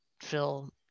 Phil